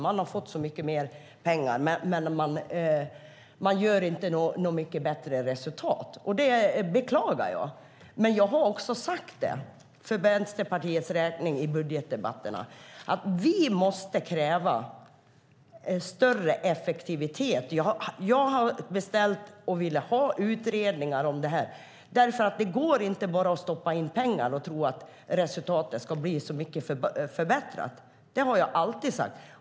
Man har fått så mycket mer pengar men man gör inte mycket bättre resultat. Det beklagar jag. Men jag har också för Vänsterpartiets räkning i budgetdebatterna sagt att vi måste kräva större effektivitet. Jag har beställt och velat ha utredningar om det här därför att det inte går att bara stoppa in pengar och tro att resultatet ska bli så mycket förbättrat. Det har jag alltid sagt.